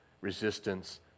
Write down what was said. resistance